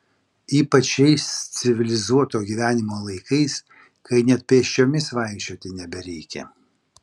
ypač šiais civilizuoto gyvenimo laikais kai net pėsčiomis vaikščioti nebereikia